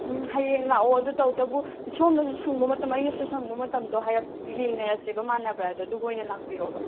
ꯎꯝ ꯍꯌꯦꯡ ꯂꯥꯛꯑꯣ ꯑꯗꯨ ꯇꯧꯕꯇꯕꯨ ꯁꯣꯝꯅꯁꯨ ꯁꯪꯕ ꯃꯇꯝ ꯑꯩꯅꯁꯨ ꯁꯪꯕ ꯃꯇꯝꯗꯣ ꯍꯥꯏꯔꯞ ꯌꯦꯟꯅꯔꯁꯦꯕ ꯃꯥꯟꯅꯕ꯭ꯔꯥꯗꯣ ꯑꯗꯨꯒ ꯑꯣꯏꯅ ꯂꯥꯛꯄꯤꯔꯣꯕ